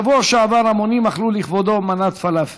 בשבוע שעבר המונים אכלו לכבודו מנת פלאפל,